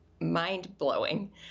mind-blowing